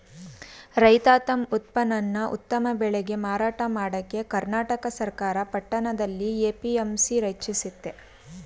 ರೈತ ತಮ್ ಉತ್ಪನ್ನನ ಉತ್ತಮ ಬೆಲೆಗೆ ಮಾರಾಟ ಮಾಡಕೆ ಕರ್ನಾಟಕ ಸರ್ಕಾರ ಪಟ್ಟಣದಲ್ಲಿ ಎ.ಪಿ.ಎಂ.ಸಿ ರಚಿಸಯ್ತೆ